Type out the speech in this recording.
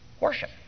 Worship